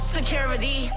Security